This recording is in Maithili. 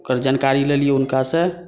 ओकर जानकारी लेलियै हुनका से